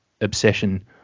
obsession